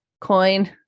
Coin